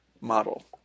model